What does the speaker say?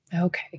Okay